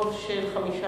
ברוב של חמישה,